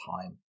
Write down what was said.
time